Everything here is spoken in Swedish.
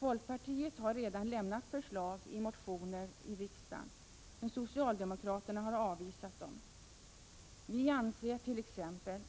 Folkpartiet har redan lämnat förslag i motioner till riksdagen, men socialdemokraterna har avvisat dem. Vi anser t.ex.